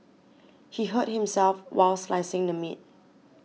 he hurt himself while slicing the meat